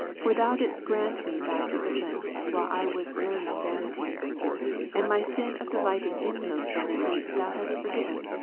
for thou didst grant me thy discipline, while i was learning vanities and my sin of delighting in those vanities thou hast forgiven.